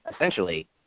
essentially